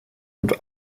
und